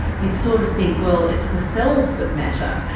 you'd sort of think well it's the cells that matter.